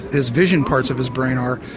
his vision parts of his brain are,